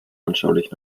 anschaulich